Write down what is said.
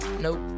Nope